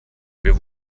wir